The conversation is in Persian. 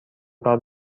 کار